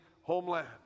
homeland